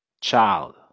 child